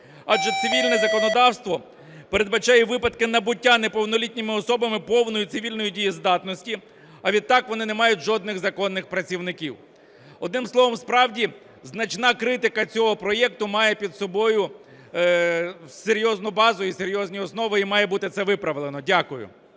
Адже цивільне законодавство передбачає випадки набуття неповнолітніми особами повної цивільної дієздатності, а відтак вони не мають жодних законних представників. Одним словом, справді значна критика цього проекту має під собою серйозну базу і серйозні основи, і має бути це виправлено. Дякую.